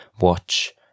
watch